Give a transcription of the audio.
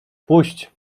puść